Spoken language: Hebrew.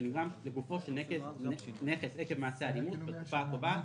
שנגרם לגופו של נכס עקב מעשה אלימות בתקופה הקובעת